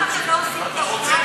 לא עושים טעות?